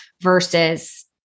versus